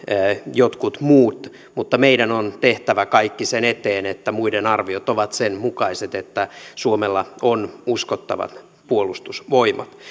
jotkut muut mutta meidän on tehtävä kaikki sen eteen että muiden arviot ovat sen mukaiset että suomella on uskottavat puolustusvoimat